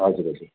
हजुर हजुर